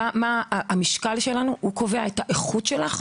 המשקל שלך קובע את האיכות שלך?